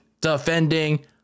defending